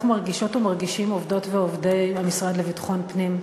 מרגישות ומרגישים עובדות ועובדי המשרד לביטחון פנים,